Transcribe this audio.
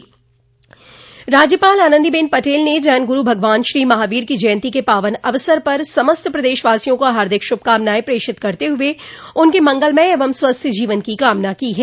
राज्यपाल आनंदीबेन पटेल ने जैन गुरू भगवान श्री महावीर की जयन्ती के पावन अवसर पर समस्त प्रदेशवासियों को हार्दिक शुभकामनाएं प्रेषित करते हुए उनके मंगलमय एवं स्वस्थ जीवन की कामना की है